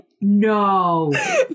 No